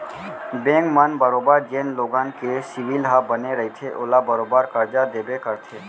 bank मन बरोबर जेन लोगन के सिविल ह बने रइथे ओला बरोबर करजा देबे करथे